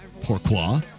Pourquoi